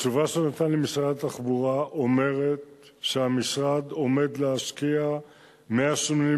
התשובה שנתן לי משרד התחבורה אומרת שהמשרד עומד להשקיע בחמש השנים